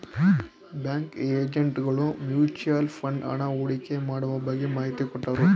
bank agent ಗಳು mutual fund ಹಣ ಹೂಡಿಕೆ ಮಾಡುವ ಬಗ್ಗೆ ಮಾಹಿತಿ ಕೊಟ್ಟರು